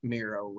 Miro